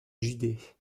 judée